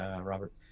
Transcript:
Robert